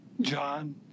John